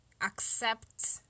accept